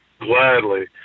Gladly